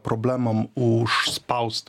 problemom užspaust